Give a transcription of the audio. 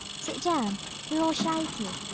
sit down you're all shaky.